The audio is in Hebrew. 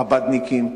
חב"דניקים,